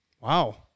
Wow